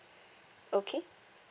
okay